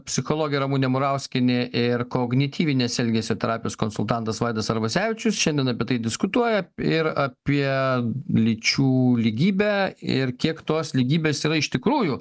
psichologė ramunė murauskienė ir kognityvinės elgesio terapijos konsultantas vaidas arvasevičius šiandien apie tai diskutuoja ir apie lyčių lygybę ir kiek tos lygybės yra iš tikrųjų